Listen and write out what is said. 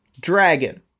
Dragon